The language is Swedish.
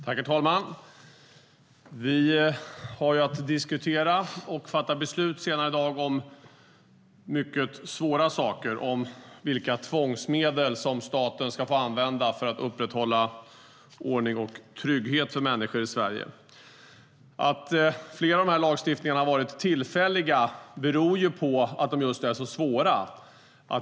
Herr talman! Vi har att debattera och senare i dag fatta beslut i mycket svåra frågor om vilka tvångsmedel staten ska få använda för att upprätthålla ordning och trygghet för människor i Sverige. Att flera av lagstiftningarna på det här området har varit tillfälliga beror på att de just är så svåra.